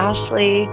Ashley